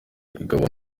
bikaba